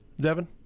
Devin